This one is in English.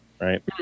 right